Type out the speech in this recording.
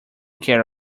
care